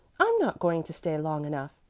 i'm not going to stay long enough,